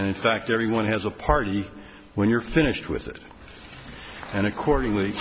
and in fact everyone has a party when you're finished with it and accordingly